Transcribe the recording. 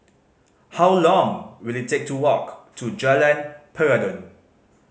how long will it take to walk to Jalan Peradun